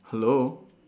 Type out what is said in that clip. hello